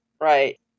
Right